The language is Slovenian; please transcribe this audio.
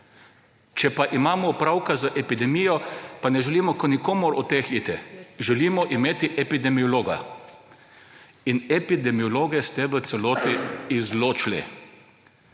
Če pa imamo opravka z epidemijo, pa ne želimo k nikomur od teh iti, želimo imeti epidemiologa. In epidemiologe ste v celoti izločili.